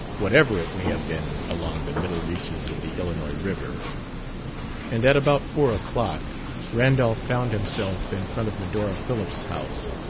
whatever it may have been along the middle reaches of the illinois river and at about four o'clock randolph found himself in front of medora phillips' house.